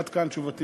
עד כאן תשובתי.